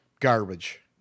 Garbage